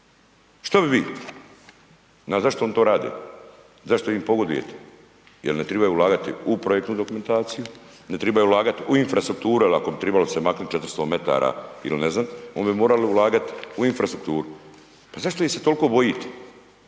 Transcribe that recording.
Što bi vi? Zašto oni to rade? Zašto im pogodujete? Jer ne trebaju ulagati u projektnu dokumentaciju, ne trebaju ulagati u infrastrukturu, jer ako bi trebalo se maknuti 400 m, ili ne znam, onda bi morali ulagati u infrastrukturu. Pa zašto ih se toliko bojite?